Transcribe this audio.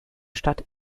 stadt